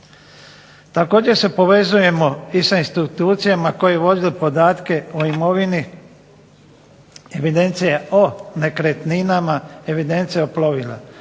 Također se povezujemo i sa institucijama koje vode podatke o imovini, evidencije o nekretninama, evidencija plovila.